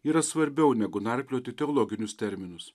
yra svarbiau negu narplioti teologinius terminus